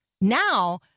Now